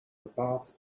bepaald